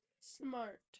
Smart